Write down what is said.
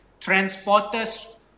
transporters